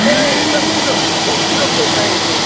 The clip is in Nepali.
ए दस किलो दस किलो चाहिएको थियो